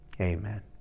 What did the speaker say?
Amen